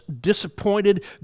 disappointed